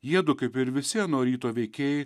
jiedu kaip ir visi ano ryto veikėjai